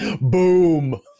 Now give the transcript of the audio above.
boom